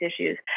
issues